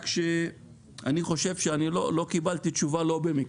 רק שאני חושב שלא קיבלתי תשובה ולא במקרה.